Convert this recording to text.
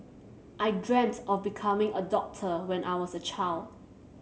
I dreamt of becoming a doctor when I was a child